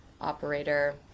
operator